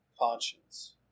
conscience